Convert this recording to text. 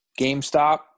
GameStop